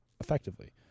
effectively